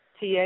TA